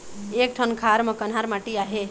एक ठन खार म कन्हार माटी आहे?